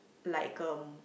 like um